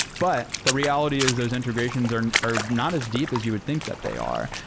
but the reality is those integrations are are not as deep as you would think that they are,